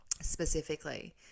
specifically